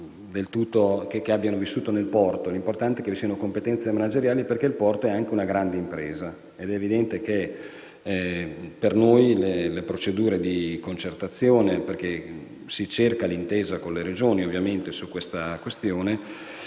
che abbiano vissuto nel porto, ma è importante che abbiano competenze manageriali, perché il porto è anche una grande impresa. Ed è evidente che per noi le procedure di concertazione - si cerca ovviamente l'intesa con le Regioni su detta questione